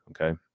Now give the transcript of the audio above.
Okay